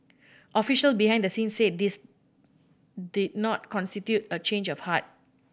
officials behind the scenes said this did not constitute a change of heart